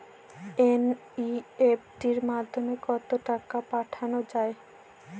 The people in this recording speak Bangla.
এন.ই.এফ.টি মাধ্যমে কত টাকা পাঠানো যায়?